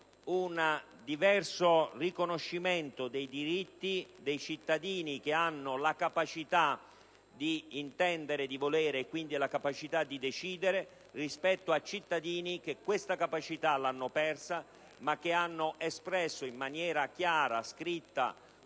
un diverso riconoscimento dei diritti dei cittadini che hanno la capacità di intendere e di volere - quindi la capacità di decidere - rispetto a quelli dei cittadini che questa capacità l'hanno persa, ma che hanno espresso in maniera chiara e